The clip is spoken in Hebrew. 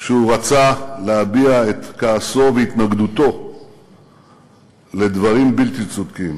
כשהוא רצה להביע את כעסו והתנגדותו לדברים בלתי צודקים.